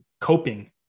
coping